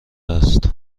است